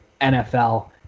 NFL